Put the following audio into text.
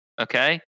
Okay